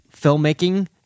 filmmaking